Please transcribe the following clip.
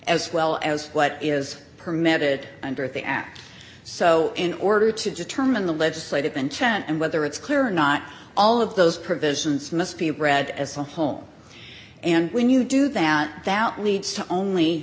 as well as what is permitted under the act so in order to determine the legislative intent and whether it's clear or not all of those provisions must be read as a whole and when you do that that leads to only